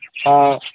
ହଁ